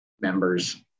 members